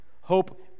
Hope